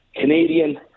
Canadian